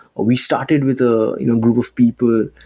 we started with a you know group of people,